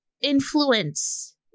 influence